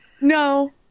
No